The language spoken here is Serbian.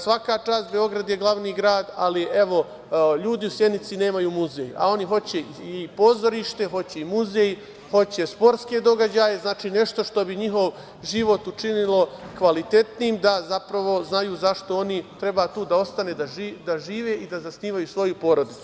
Svaka čast, Beograd je glavni grad, ali evo, ljudi u Sjenici nemaju muzej, a oni hoće i pozorište, hoće i muzej, hoće i sportske događaje, znači nešto što bi njihov život učinilo kvalitetnim da, zapravo znaju zašto oni treba tu da ostanu da žive i zasnivaju svoju porodicu.